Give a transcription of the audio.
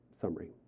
summary